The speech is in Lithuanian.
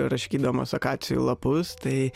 raškydamas akacijų lapus tai